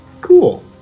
Cool